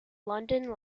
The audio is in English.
london